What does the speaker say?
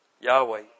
Yahweh